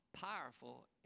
powerful